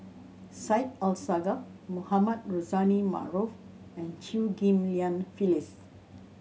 Syed Alsagoff Mohamed Rozani Maarof and Chew Ghim Lian Phyllis